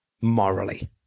morally